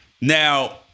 Now